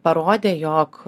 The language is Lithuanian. parodė jog